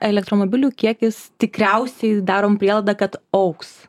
elektromobilių kiekis tikriausiai darom prielaidą kad augs